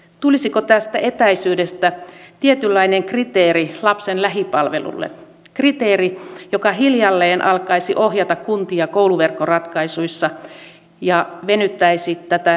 tulisiko tästä etäisyydestä tietynlainen kriteeri lapsen lähipalvelulle kriteeri joka hiljalleen alkaisi ohjata kuntia kouluverkkoratkaisuissa ja venyttäisi niitä negatiiviseen suuntaan